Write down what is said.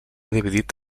dividit